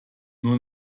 nur